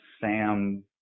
Sam